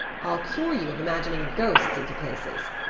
i'll cure you of imagining ghosts into places.